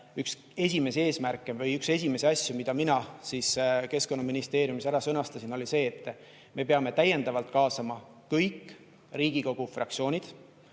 üks esimesi eesmärke või üks esimesi asju, mida mina Keskkonnaministeeriumis ära sõnastasin, oli see, et me peame täiendavalt kaasama kõik Riigikogu fraktsioonid.